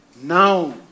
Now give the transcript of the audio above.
Now